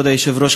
כבוד היושב-ראש,